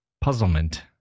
puzzlement